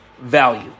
value